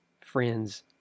friends